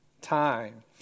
Time